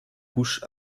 couches